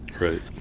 right